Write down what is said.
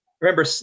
remember